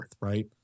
right